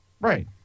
right